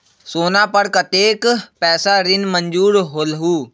सोना पर कतेक पैसा ऋण मंजूर होलहु?